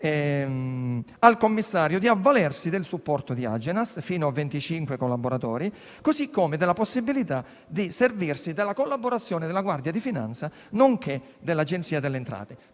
al commissario di avvalersi del supporto di Agenas (fino a 25 collaboratori), così come della possibilità di servirsi della collaborazione della Guardia di finanza, nonché dell'Agenzia delle entrate.